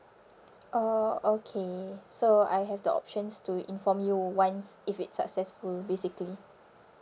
oh okay so I have the options to inform you once if it's successful basically